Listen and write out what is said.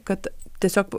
kad tiesiog